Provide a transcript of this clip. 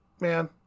Man